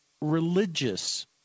religious